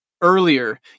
earlier